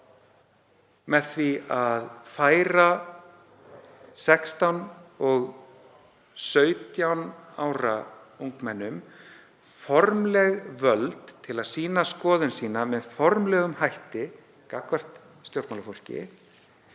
með því að færa 16 og 17 ára ungmennum formleg völd til að sýna skoðun sína með formlegum hætti gagnvart stjórnmálafólki,